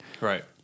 right